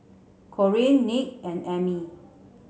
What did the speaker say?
Corean Nick and Emmie